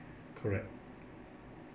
correct